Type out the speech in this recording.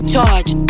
charge